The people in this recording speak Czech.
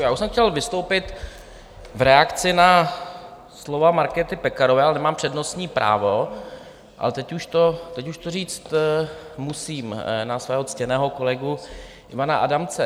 Já už jsem chtěl vystoupit v reakci na slova Markéty Pekarové, ale nemám přednostní právo, ale teď už to říct musím na svého ctěného kolegu Ivana Adamce.